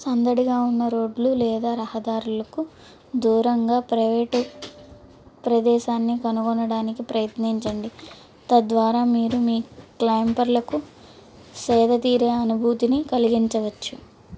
సందడిగా ఉన్న రోడ్లు లేదా రహదారులకు దూరంగా ప్రైవేట్ ప్రదేశాన్ని కనుగొనడానికి ప్రయత్నించండి తద్వారా మీరు మీ క్యాంపర్లకు సేదతీరే అనుభూతిని కలిగించవచ్చు